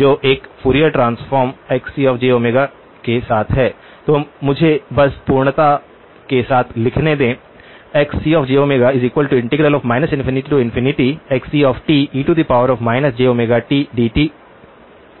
जो एक Fourier transform XcjΩ के साथ है तो मुझे बस पूर्णता के साथ लिखने दें